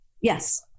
Yes